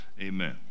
Amen